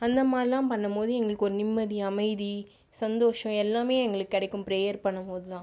அந்த மாதிரிலாம் பண்ணும்போது எங்களுக்கு ஒரு நிம்மதி அமைதி சந்தோஷம் எல்லாமே எங்களுக்கு கிடைக்கும் ப்ரேயர் பண்ணும்போது தான்